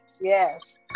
Yes